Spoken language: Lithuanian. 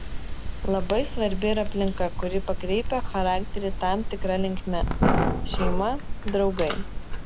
labai svarbi ir aplinka kuri pakreipia charakterį tam tikra linkme šeima draugai